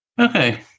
Okay